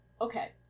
Okay